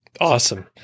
awesome